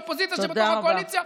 אופוזיציה שבתוך הקואליציה,